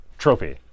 Trophy